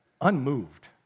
unmoved